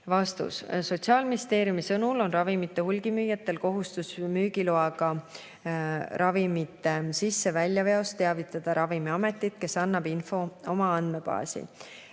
Sotsiaalministeeriumi sõnul on ravimite hulgimüüjatel kohustus müügiloaga ravimite sisse‑ ja väljaveost teavitada Ravimiametit, kes kannab info oma andmebaasi.